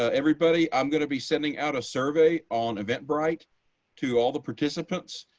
everybody. i'm going to be sending out a survey on eventbrite to all the participants.